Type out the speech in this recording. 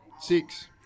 six